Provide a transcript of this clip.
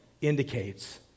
indicates